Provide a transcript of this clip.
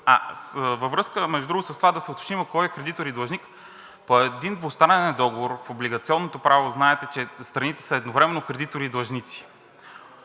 Във връзка, между другото, с това да се уточним кой е кредитор и длъжник. По един двустранен договор в облигационното право знаете, че страните са едновременно кредитори и длъжници.